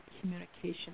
communication